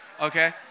Okay